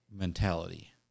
mentality